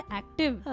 active